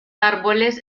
árboles